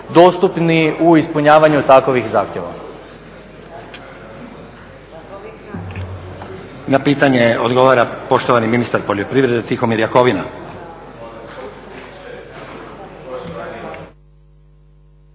dostupni u ispunjavanju takvih zahtjeva.